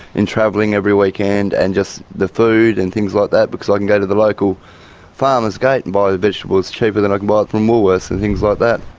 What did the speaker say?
and travelling every weekend and just the food and things like that because i can go to the local farmers gate and buy vegetables cheaper than i can buy them from woolworths and things like that.